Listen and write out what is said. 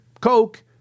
Coke